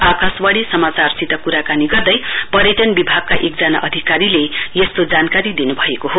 आकाशवाणी समाचारसित कुराकानी गर्दै पर्यटन विभागका एकजना अधिकारीले यस्तो जानकारी दिनुभएको हो